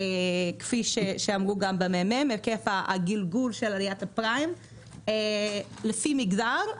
כפי שאמרו גם בממ"מ היקף הגלגול של עליית הפריים לפי מגזר.